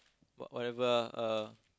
what~ whatever ah uh